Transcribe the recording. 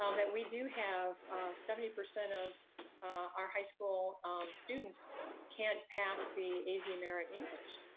um that we do have seventy percent of our high school students can't pass the easy american english.